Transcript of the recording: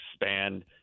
expand